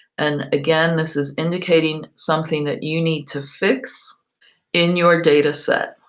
and, again, this is indicating something that you need to fix in your data set.